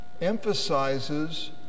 emphasizes